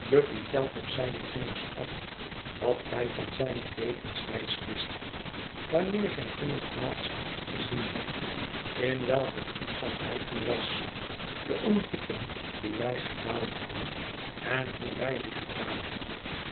guppy telt op zijne vingers af wat wij van zijne levenswijs wisten wanneer gij hem het laatst gezien hebt in welken toestand hij toen was de ontdekking die wij gedaan hebben en hoe wij die gedaan hebben